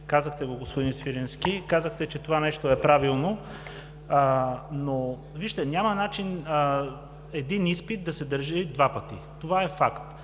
Казахте го, господин Свиленски! Казахте, че това нещо е правилно. Но вижте, няма начин един изпит да се държи два пъти. Това е факт!